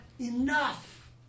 enough